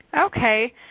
Okay